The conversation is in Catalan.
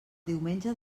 diumenge